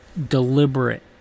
deliberate